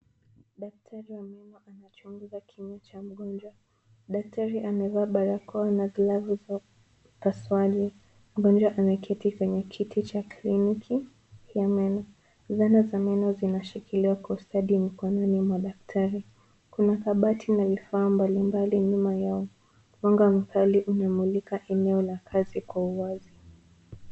Daktari wa meno anachunguza kinywa cha mgonjwa, daktari amevaa barakoa na glavu za, upasuaji, mgonjwa ameketi kwenye kiti cha kliniki, ya meno, zana za meno zinashikiliwa kwa ustadi mkononi mwa daktari, kuna kabati la vifaa mbalimbali nyuma yao, wanga wa upali inamulika eneo la kazi kwa uwazi.